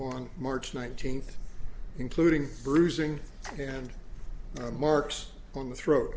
on march nineteenth including bruising and marks on the throat